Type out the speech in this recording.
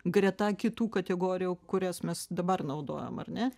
greta kitų kategorijų kurias mes dabar naudojam ar ne